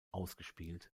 ausgespielt